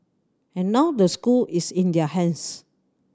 and now the school is in their hands